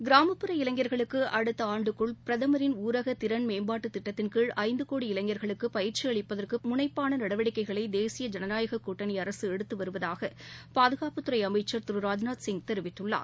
கிராமப்புற இளைஞர்களுக்கு அடுத்த ஆண்டுக்குள் பிரதமரின் ஊரக திறன்மேம்பாட்டு திட்டத்தின்கீழ் ஐந்து கோடி இளைஞர்களுக்கு பயிற்சி அளிப்பதற்கு முனைப்பான நடவடிக்கைகளை தேசிய ஜனநாயக கூட்டனி அரசு எடுத்து வருவதாக பாதுகாப்புத்துறை அமைச்சர் திரு ராஜ்நாத் சிங் தெரிவித்துள்ளார்